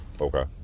Okay